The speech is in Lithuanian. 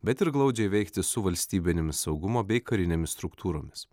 bet ir glaudžiai veikti su valstybinėmis saugumo bei karinėmis struktūromis